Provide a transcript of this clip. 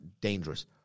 dangerous